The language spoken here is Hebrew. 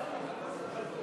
וכעת אנחנו